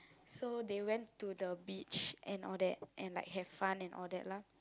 so they went to the beach and all that and like have fun and all that lah